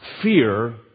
fear